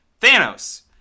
Thanos